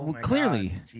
clearly